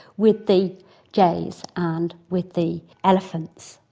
with the jays and with the elephants.